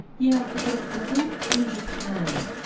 yeah again i think in japan,